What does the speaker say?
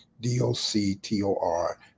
d-o-c-t-o-r